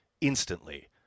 instantly